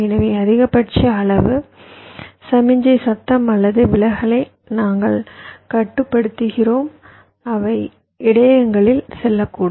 எனவே அதிகபட்ச அளவு சமிக்ஞை சத்தம் அல்லது விலகலை நாங்கள் கட்டுப்படுத்துகிறோம் அவை இடையகங்களில் செல்லக்கூடும்